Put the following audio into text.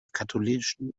katholischen